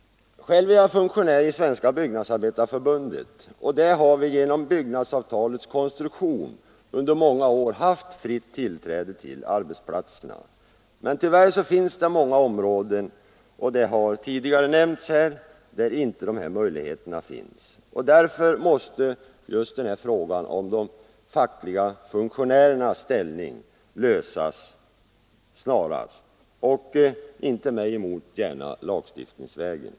Själv är jag funktionär i Svenska byggnadsarbetareförbundet. Där har vi genom byggnadsavtalets konstruktion under många år haft fritt tillträde till arbetsplatserna. Men som här tidigare nämnts finns det tyvärr många områden där dessa möjligheter inte föreligger. Därför måste frågan om de fackliga funktionärernas ställning lösas snarast möjligt — gärna lagstiftningsvägen.